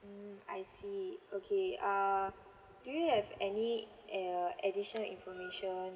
mm I see okay err do you have any err additional information